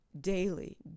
Daily